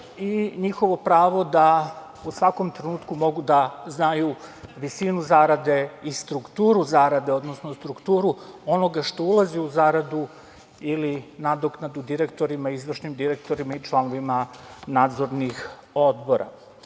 i njihovo pravo da u svakom trenutku mogu da znaju visinu zarade u strukturu zarade, odnosno strukturu onoga što ulazi u zaradu ili nadoknadu direktorima, izvršnim direktorima i članovima nadzornih odbora. Takođe,